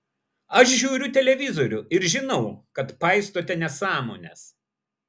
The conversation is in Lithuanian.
aš žiūriu televizorių ir žinau kad paistote nesąmones